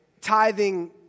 tithing